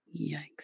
Yikes